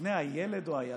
לפני הילד או הילדה.